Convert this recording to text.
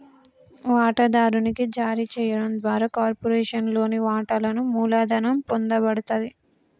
వాటాదారునికి జారీ చేయడం ద్వారా కార్పొరేషన్లోని వాటాలను మూలధనం పొందబడతది